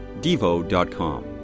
devo.com